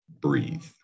breathe